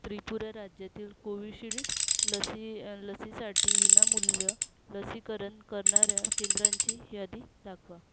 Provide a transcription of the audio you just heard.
त्रिपुरा राज्यातील कोविशिल्ड लसी लसीसाठी विनामूल्य लसीकरण करणाऱ्या केंद्रांची यादी दाखवा